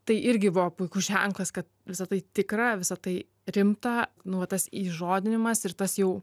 tai irgi buvo puikus ženklas kad visa tai tikra visa tai rimta nu va tas įžodinimas ir tas jau